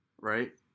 right